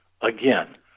again